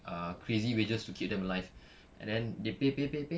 ah crazy wages to keep them alive and then they pay pay pay pay